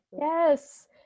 yes